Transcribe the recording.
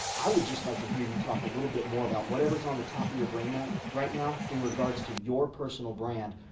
i would just like to hear you talk a little bit more about whatever's on the top of your brain right now in regards to your personal brand.